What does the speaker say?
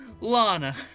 Lana